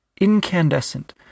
incandescent